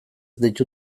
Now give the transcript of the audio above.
deitu